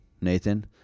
Nathan